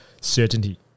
certainty